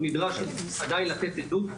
עדיין נדרש לתת עדות,